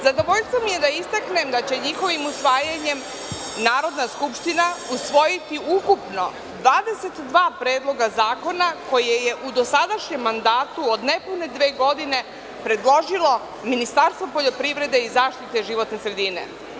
Zadovoljstvo mi je da isteknemda će njihovim usvajanjem Narodna skupština usvojiti ukupno 22 predloga zakona koje je u dosadašnjem mandatu od nepune dve godine predložilo Ministarstvo poljoprivrede i zaštite životne sredine.